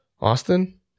Austin